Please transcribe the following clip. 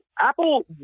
Apple